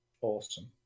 awesome